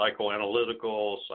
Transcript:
psychoanalytical